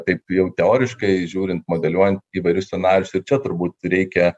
taip jau teoriškai žiūrint modeliuojant įvairius scenarijus ir čia turbūt reikia